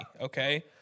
okay